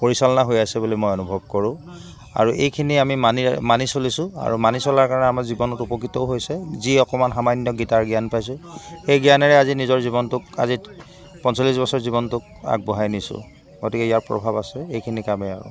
পৰিচালনা হৈ আছে বুলি মই অনুভৱ কৰোঁ আৰু এইখিনি আমি মানি মানি চলিছোঁ আৰু মানি চলাৰ কাৰণে আমাৰ জীৱনত উপকৃতও হৈছে যি অকণমান সামান্য গীতাৰ জ্ঞান পাইছোঁ সেই জ্ঞানেৰে আজি নিজৰ জীৱনটোক আজি পঞ্চল্লিছ বছৰ জীৱনটোক আগবঢ়াই নিছোঁ গতিকে ইয়াৰ প্ৰভাৱ আছে এইখিনি কামেই আৰু